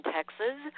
Texas